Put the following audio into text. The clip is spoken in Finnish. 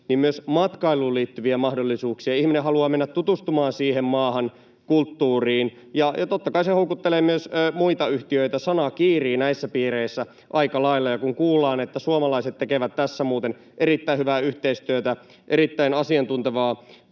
myös matkailuun liittyviä mahdollisuuksia, kun ihminen haluaa mennä tutustumaan siihen maahan ja kulttuuriin. Totta kai se houkuttelee myös muita yhtiöitä: sana kiirii näissä piireissä aika lailla, ja kun kuullaan, että suomalaiset tekevät tässä erittäin hyvää yhteistyötä, erittäin asiantuntevaa